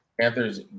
Panthers